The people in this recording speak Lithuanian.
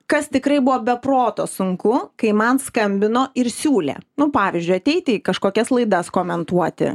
kas tikrai buvo be proto sunku kai man skambino ir siūlė nu pavyzdžiui ateiti į kažkokias laidas komentuoti